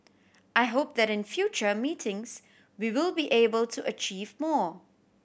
I hope that in future meetings we will be able to achieve more